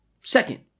Second